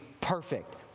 perfect